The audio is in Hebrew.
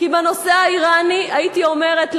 כי בנושא האירני הייתי אומרת,